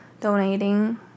donating